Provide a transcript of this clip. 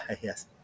Yes